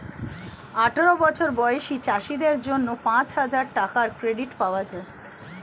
আঠারো বছর বয়সী চাষীদের জন্য পাঁচহাজার টাকার ক্রেডিট পাওয়া যায়